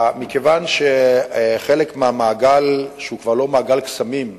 מכיוון שחלק מהמעגל, שהוא כבר לא מעגל קסמים,